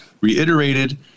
reiterated